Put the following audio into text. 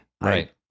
Right